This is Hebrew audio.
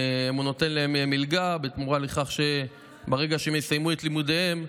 הוא נותן להם מלגה בתמורה לכך שברגע שהם יסיימו את לימודיהם,